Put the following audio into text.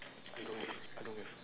I don't have I don't know